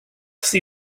see